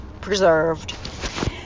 preserved